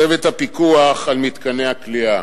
צוות הפיקוח על מתקני הכליאה.